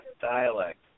dialect